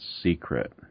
secret